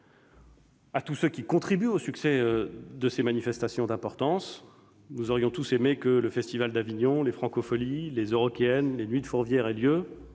de tous ceux qui contribuent au succès de ces manifestations d'importance. Nous aurions tous aimé que le festival d'Avignon, les Francofolies, les Eurockéennes, les Nuits de Fourvière aient lieu.